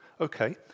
Okay